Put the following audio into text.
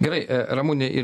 gerai ramune ir